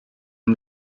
and